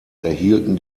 erhielten